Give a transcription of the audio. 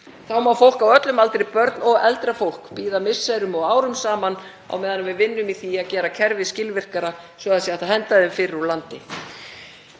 Þá má fólk á öllum aldri, börn og eldra fólk, bíða misserum og árum saman á meðan við vinnum í því að gera kerfið skilvirkara svo hægt sé að henda því fyrr úr landi.